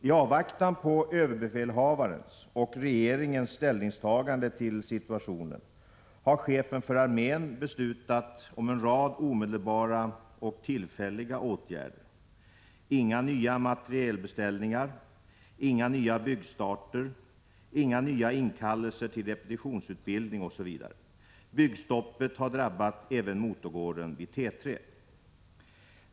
I avvaktan på överbefälhavarens och regeringens ställningstaganden till situationen har chefen för armén beslutat om en rad omedelbara och tillfälliga åtgärder: inga nya materielbeställningar, inga nya byggstarter, inga nya inkallelser till repetitionsutbildning osv. Byggstoppet har drabbat även motorgården vid T 3.